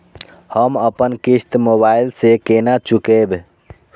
हम अपन किस्त मोबाइल से केना चूकेब?